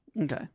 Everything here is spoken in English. Okay